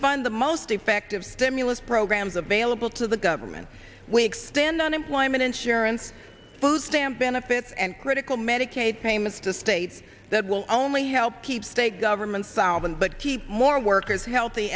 fund the most effective stimulus programs available to the government we extend unemployment insurance food stamp benefits and critical medicaid payments to states that will only help keep state governments solvent but keep more workers healthy